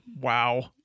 Wow